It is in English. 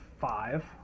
five